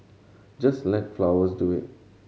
just let flowers do it